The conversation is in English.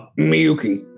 Miyuki